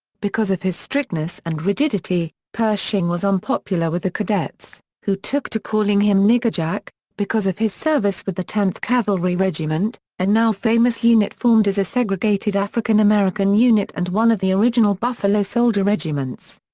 because of his strictness and rigidity, pershing was unpopular with the cadets, who took to calling him nigger jack because of his service with the tenth cavalry regiment, a and now famous unit formed as a segregated african-american unit and one of the original buffalo soldier regiments.